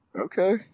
okay